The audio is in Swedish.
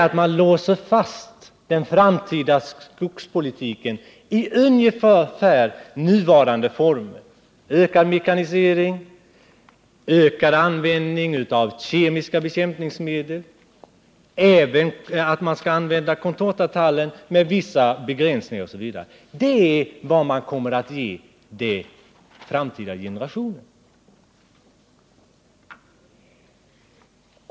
Jo, man låser fast den framtida skogspolitiken i ungefär nuvarande former — ökad mekanisering, ökad användning av kemiska bekämpningsmedel och användning, visserligen med vissa begränsningar, av contortatallen. Det är vad man kommer att ge den framtida generationen.